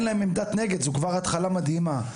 אין להם עמדת נגד- זו כבר התחלה מדהימה.